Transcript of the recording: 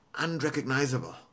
unrecognizable